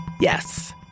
Yes